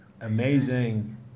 amazing